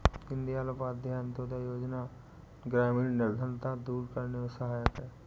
दीनदयाल उपाध्याय अंतोदय योजना ग्रामीण निर्धनता दूर करने में सहायक है